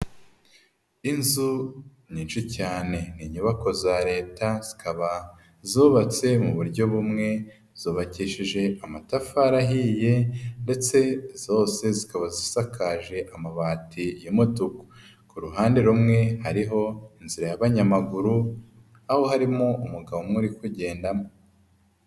Inzu nyinshi cyane, ni inyubako za leta zikaba zubatse mu buryo bumwe, zubakishije amatafari ahiye ndetse zose zikaba zisakaje amabati y'umutuku. Ku ruhande rumwe hariho inzira y'abanyamaguru, aho harimo umugabo umwe uri kugendamo.